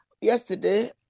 yesterday